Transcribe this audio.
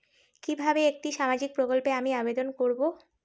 কিভাবে একটি সামাজিক প্রকল্পে আমি আবেদন করব?